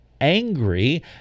angry